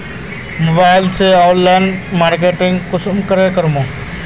Mobile से online marketing कुंसम के करूम?